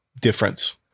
difference